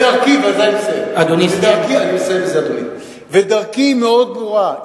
דרכי מאוד ברורה.